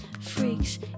freaks